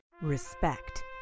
Respect